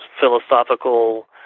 philosophical